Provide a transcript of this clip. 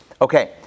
Okay